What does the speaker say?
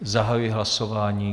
Zahajuji hlasování.